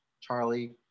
Charlie